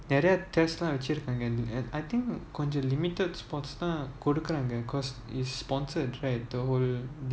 நெறய:niraiya test lah வச்சிருக்காங்க:vachirukanga and I think கொஞ்சம்:konjam limited spots தான்கொடுக்குறாங்க:thaan kodukuraanga because it's sponsored right the whole degree